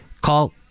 Call